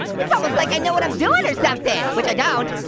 it's almost like i know what i'm doing or something. which i don't.